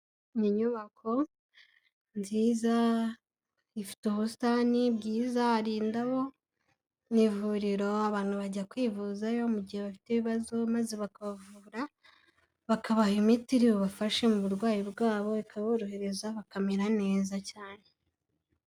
Ni inyubako nziza ifite ubusitani bwiza hari indabo, ni ivuriro abantu bajya kwivuzayo mu gihe bafite ibibazo, maze bakabavura bakabaha imiti iri bubafashe mu burwayi bwabo, ikaborohereza bakamera neza cyane.